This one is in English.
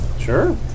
Sure